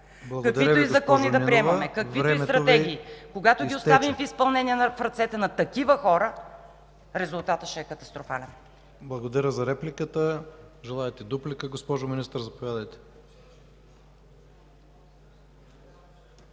Каквито и закони да приемаме, каквито и стратегии, когато ги оставим в изпълнение в ръцете на такива хора, резултатът ще е катастрофален. ПРЕДСЕДАТЕЛ ИВАН К.ИВАНОВ: Благодаря за репликата. Желаете дуплика, госпожо Министър – заповядайте.